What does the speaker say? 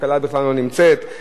והכלה בכלל לא נמצאת,